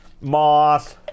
moss